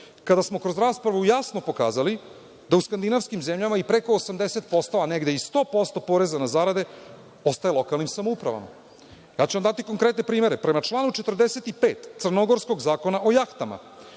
kada smo kroz raspravu jasno pokazali da u skandinavskim zemljama i preko 80%, a negde i 100% poreza na zarade ostaje lokalnim samoupravama. Ja ću vam dati konkretne primere. Prema članu 45. crnogorskog Zakona o jahtama,